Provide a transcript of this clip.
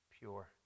pure